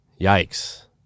yikes